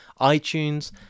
iTunes